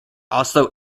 oslo